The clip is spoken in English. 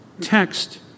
text